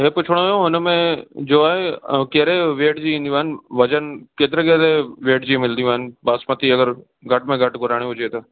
हीउ पुछिणो हुयो हुन में जो आहे कहिड़े वेट जी ईंदियूं आहिनि वजन केतिरे केतिरे वेट जी मिलंदियूं आहिनि बासमती अगरि घटि में घटि घुरायणी हुजे त